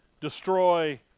destroy